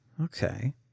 Okay